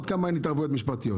עד כמה אין בכך התערבויות משפטיות.